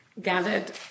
gathered